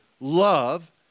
love